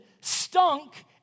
stunk